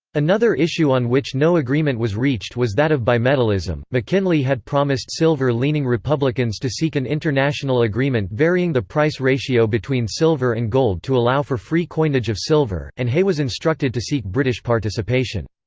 another issue on which no agreement was reached was that of bimetallism mckinley had promised silver-leaning republicans to seek an international agreement varying the price ratio between silver and gold to allow for free coinage of silver, and hay was instructed to seek british participation.